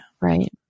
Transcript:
Right